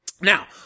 Now